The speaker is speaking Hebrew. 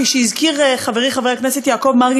כפי שהזכיר חברי חבר הכנסת יעקב מרגי